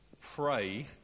pray